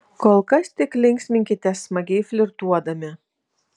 kol kas tik linksminkitės smagiai flirtuodami